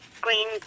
green